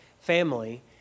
family